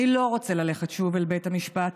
אני לא רוצה ללכת שוב אל בית המשפט.